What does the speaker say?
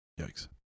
Yikes